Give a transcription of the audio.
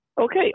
Okay